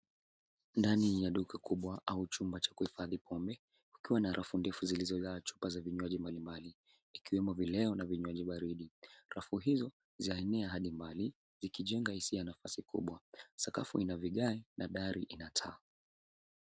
Ndani ya duka kubwa au chumba cha kuhifadhi pombe, kukiwa na rafu ndefu zilizojaa chupa ,za vinywaji mbali mbali ,ikiwemo vileo na vinywaji baridi, rafu hizo zaenea hadi mbali, zikijenga hisia nafasi kubwa .Sakafu ina vigae na dari ina taa.